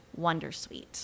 wondersuite